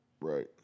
right